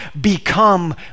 become